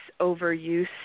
overuse